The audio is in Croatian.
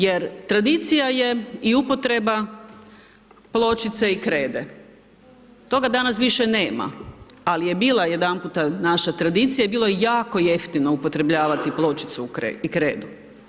Jer tradicija je i upotreba pločice i krede, toga danas više nema, ali je bila jedan puta naša tradicija i bilo je jako jeftino upotrebljavati pločicu i kredu.